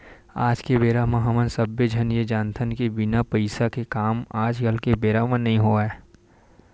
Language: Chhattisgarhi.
आज के बेरा म हमन सब्बे झन ये जानथन के बिना पइसा के काम ह आज के बेरा म नइ होवय